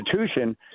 institution